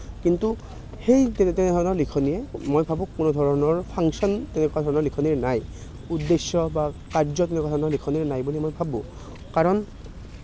কিন্তু সেই তেনেধৰণৰ লিখনিয়ে মই ভাবোঁ কোনোধৰণৰ ফাংচন তেনেকুৱা ধৰণৰ লিখনিৰ নাই উদ্দেশ্য বা কাৰ্য তেনেকুৱা ধৰণৰ লিখনিৰ নাই বুলি মই ভাবোঁ কাৰণ